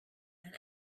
and